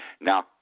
Now